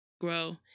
grow